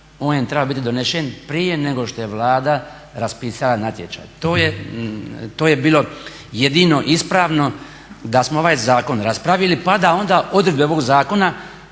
On je trebao biti donesen prije nego što je Vlada raspisala natječaj. To je bilo jedino ispravno da smo ovaj zakon raspravili pa da onda odredbe ovog zakona